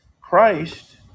christ